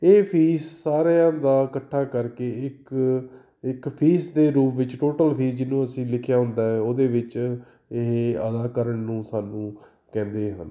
ਇਹ ਫੀਸ ਸਾਰਿਆਂ ਦਾ ਇਕੱਠਾ ਕਰਕੇ ਇੱਕ ਇੱਕ ਫੀਸ ਦੇ ਰੂਪ ਵਿੱਚ ਟੋਟਲ ਫੀਸ ਜਿਹਨੂੰ ਅਸੀਂ ਲਿਖਿਆ ਹੁੰਦਾ ਉਹਦੇ ਵਿੱਚ ਇਹ ਅਦਾ ਕਰਨ ਨੂੰ ਸਾਨੂੰ ਕਹਿੰਦੇ ਹਨ